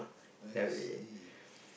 I see